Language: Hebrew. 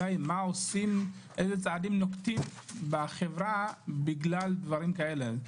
איזה צעדים נוקטים בחברה כדי למנוע דברים כאלה.